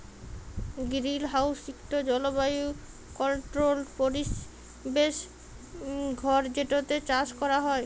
greenhouse ইকট জলবায়ু controlled পরিবেশ ঘর যেটতে চাষ ক্যরা হ্যয়